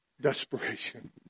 desperation